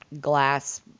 glass